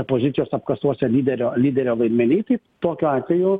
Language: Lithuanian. opozicijos apkasuose lyderio lyderio vaidmenyj tai tokiu atveju